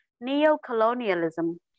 Neo-colonialism